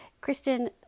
Kristen